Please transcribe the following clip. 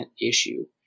issue